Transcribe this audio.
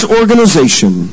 organization